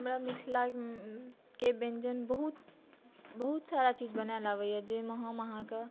हमरा मिथिलाके व्यञ्जन बहुत बहुत सारा चीज बनायल अबैए जाहिमे हम अहाँकेँ